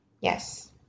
Yes